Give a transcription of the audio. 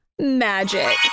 Magic